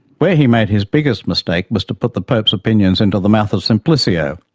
where he made his biggest mistake was to put the pope's opinions into the mouth of simplicio.